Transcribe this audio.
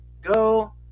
go